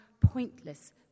pointless